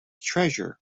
treasure